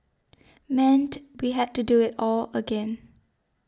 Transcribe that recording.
meant we had to do it all again